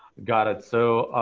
got it. so,